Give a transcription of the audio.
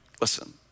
Listen